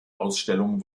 ausstellungen